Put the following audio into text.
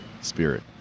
spirit